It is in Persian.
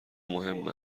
مهم